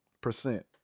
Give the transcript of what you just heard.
percent